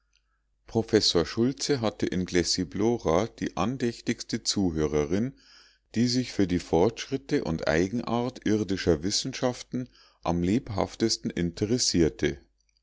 professor schultze hatte in glessiblora die andächtigste zuhörerin die sich für die fortschritte und eigenart irdischer wissenschaften am lebhaftesten interessierte